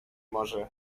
może